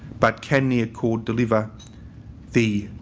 but, can the accord deliver the